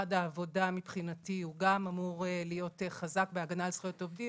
משרד העבודה מבחינתי גם אמור להיות חזק בהגנה על זכויות עובדים.